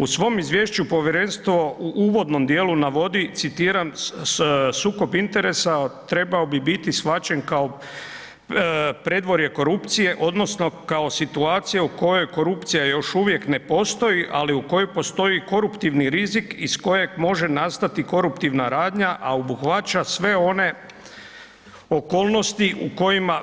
U svom izvješću povjerenstvo u uvodnom dijelu navodi, citiram, sukob interesa trebao bi biti shvaćen kao predvorje korupcije, odnosno kao situacija u kojoj korupcija još uvijek ne postoji, ali u kojoj postoji koruptivni rizik iz kojeg može nastati koruptivna radnja, a obuhvaća sve one okolnosti u kojima